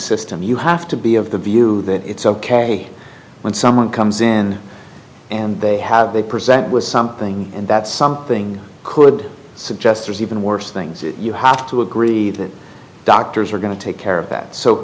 system you have to be of the view that it's ok when someone comes in and they have they present with something and that something could suggest there's even worse things you have to agree that doctors are going to take care of that so